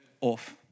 off